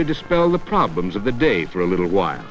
to dispel the problems of the day for a little